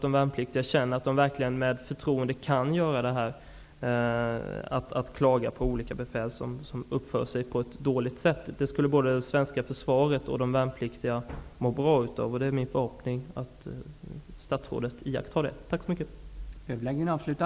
De värnpliktiga skall känna att de med förtroende kan klaga på olika befäl som uppför sig på ett dåligt sätt. Det skulle både det svenska försvaret och de värnpliktiga må bra av. Min förhoppning är att statsrådet iakttar detta.